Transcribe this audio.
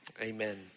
Amen